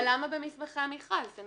אבל למה במסמכי המכרז?